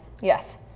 Yes